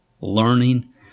learning